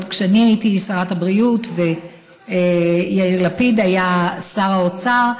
עוד כשאני הייתי שרת הבריאות ויאיר לפיד היה שר האוצר,